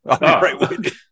Right